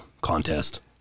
contest